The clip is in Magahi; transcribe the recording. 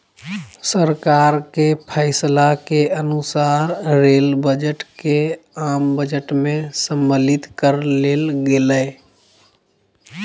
सरकार के फैसला के अनुसार रेल बजट के आम बजट में सम्मलित कर लेल गेलय